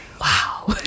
wow